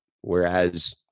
whereas